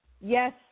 Yes